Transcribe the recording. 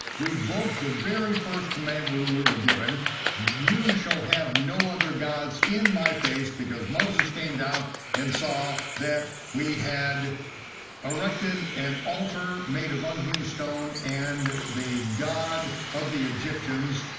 we broke the very first commandment we were were given you shall have no other gods in my face, because moses came down and saw that we had erected an altar made of unhinged stone, and the god of the egyptians,